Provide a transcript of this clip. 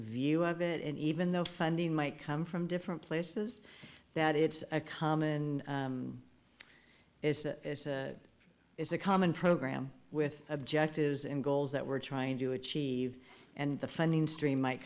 view of it and even though funding might come from different places that it's a common this is a common program with objectives and goals that we're trying to achieve and the funding stream might